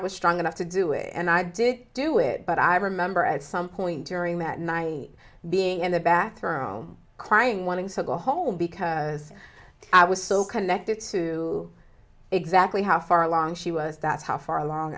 was strong enough to do it and i did do it but i remember at some point during that night being in the bathroom crying wanting to go home because i was so connected to exactly how far along she was that's how far along